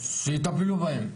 שיטפלו בהם.